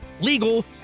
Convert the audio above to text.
legal